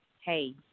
hey